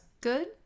good